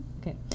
okay